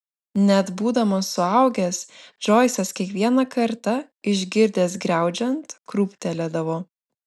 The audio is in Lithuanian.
net būdamas suaugęs džoisas kiekvieną kartą išgirdęs griaudžiant krūptelėdavo